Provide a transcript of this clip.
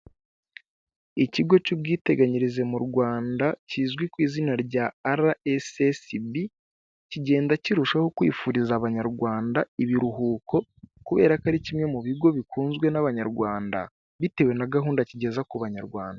Ikigo cy'ubwiteganyirize mu Rwanda kizwi ku izina rya Ara esesibi, kigenda kirushaho kwifuriza abanyarwanda ibiruhuko; kubera ko ari kimwe mu bigo bikunzwe n'abanyarwanda, bitewe na gahunda kigeza ku banyarwanda.